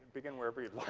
begin wherever you'd like